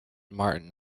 martin